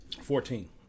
Fourteen